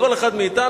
לכל אחד מאתנו,